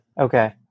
Okay